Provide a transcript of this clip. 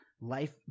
Life